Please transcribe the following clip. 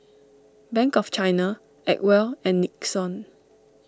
Bank of China Acwell and Nixon